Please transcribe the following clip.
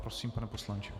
Prosím, pane poslanče.